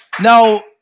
now